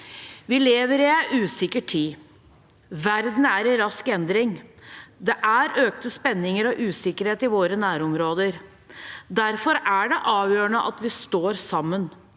Vi lever i en usikker tid. Verden er i rask endring. Det er økte spenninger og usikkerhet i våre nærområder. Derfor er det avgjørende at vi står sammen.